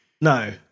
No